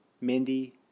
Mindy